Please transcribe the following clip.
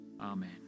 amen